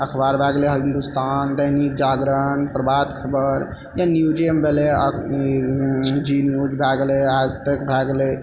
अखबार भए गेलै हिन्दुस्तान दैनिक जागरण प्रभात खबर या न्यूजेमे भेलै ई जी न्यूज भए गेलै आजतक भए गेलै